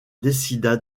décida